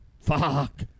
Fuck